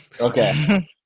Okay